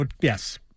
Yes